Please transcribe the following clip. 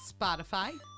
Spotify